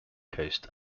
coast